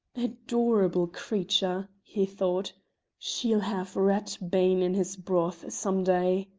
adorable creature, he thought she'll have rat-bane in his broth some day.